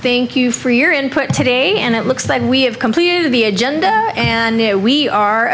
thank you for your input today and it looks like we have completed the agenda and there we are